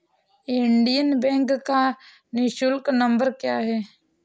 Indian Bank का निःशुल्क number क्या है?